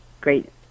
great